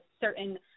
certain